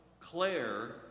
Claire